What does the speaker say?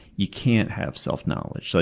you can't have self-knowledge. so